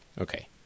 Okay